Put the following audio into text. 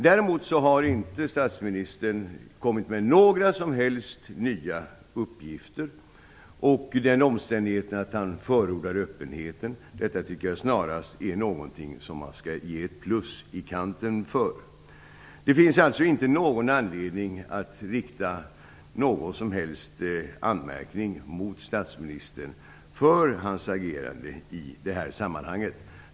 Statsministern har däremot inte kommit med några nya uppgifter. Den omständigheten att han förordar öppenheten tycker jag snarast är något man bör ge ett plus i kanten för. Det finns alltså ingen anledning att rikta någon som helst anmärkning mot statsministern för hans agerande i det här sammanhanget.